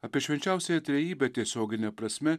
apie švenčiausiąją trejybę tiesiogine prasme